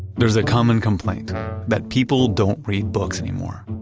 there's a common complaint that people don't read books anymore.